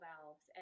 valves